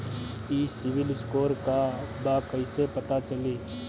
ई civil score का बा कइसे पता चली?